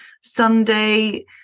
sunday